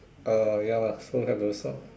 uh ya lah so have those lor